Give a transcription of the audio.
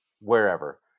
wherever